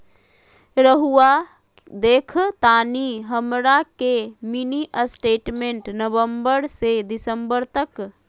रहुआ देखतानी हमरा के मिनी स्टेटमेंट नवंबर से दिसंबर तक?